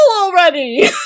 already